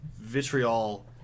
vitriol